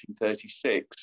1936